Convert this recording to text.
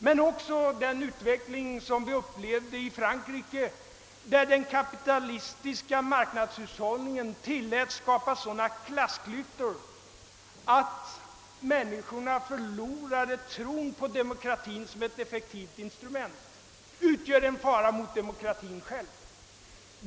Men också den utveckling som vi upplevde i Frankrike, där den kapitalistiska marknadshushållningen tillläts skapa sådana klassklyftor att människorna förlorade tron på demokratin som ett effektivt instrument, utgör en fara för demokratin själv.